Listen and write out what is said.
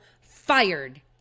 fired